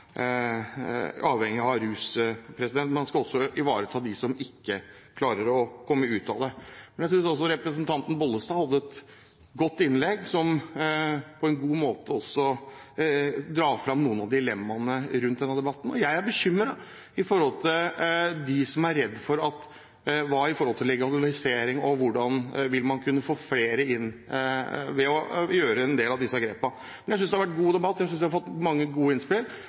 rus, men man skal også ivareta dem som ikke klarer å komme ut av det. Jeg synes også representanten Bollestad hadde et godt innlegg, som på en god måte dro fram noen av dilemmaene i denne debatten. Jeg er bekymret når det gjelder dem som er redd for legalisering, og hvordan man vil kunne få flere inn ved å gjøre en del av disse grepene. Jeg synes det har vært en god debatt. Jeg synes vi har fått mange gode innspill.